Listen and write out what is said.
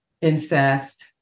incest